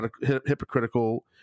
hypocritical